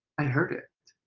i heard it.